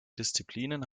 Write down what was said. disziplinen